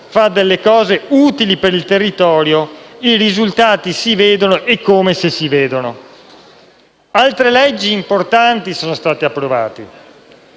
fa delle cose utili per il territorio, i risultati si vedono, ed eccome si vedono. Altre leggi importanti sono state approvate.